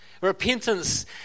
Repentance